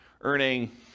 earning